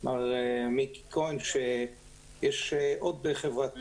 מר מיקי לוי, שיש עוד חברת תעופה,